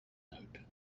note